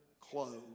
clothes